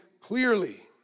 clearly